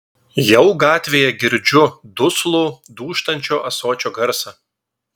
jau gatvėje girdžiu duslų dūžtančio ąsočio garsą